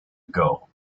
ago